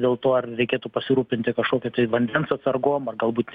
dėl to ar reikėtų pasirūpinti kažkokia tai vandens atsargom ar galbūt